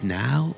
now